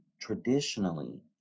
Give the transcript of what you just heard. traditionally